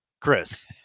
Chris